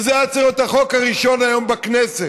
וזה היה צריך להיות החוק הראשון היום בכנסת.